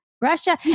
Russia